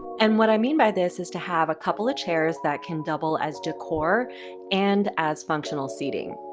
and what i mean by this is to have a couple chairs that can double as decor and as functional seating.